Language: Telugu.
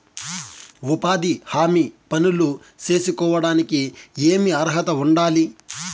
ఉపాధి హామీ పనులు సేసుకోవడానికి ఏమి అర్హత ఉండాలి?